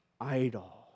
idol